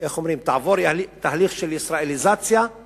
תהליך של ישראליזציה;